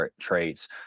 traits